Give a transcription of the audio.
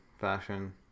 fashion